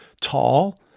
tall